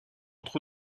entre